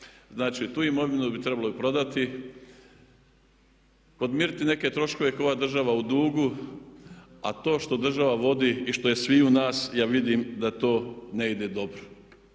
Znači tu imovinu bi trebalo i prodati, podmiriti neke troškove koje je ova država u dugu a to što država vodi i što je sviju nas ja vidim da to ne ide dobro.